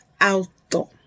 alto